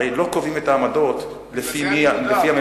הרי לא קובעים את העמדות לפי הממשלה.